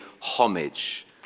homage